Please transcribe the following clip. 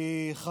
1940,